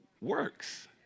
works